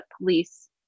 police